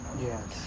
Yes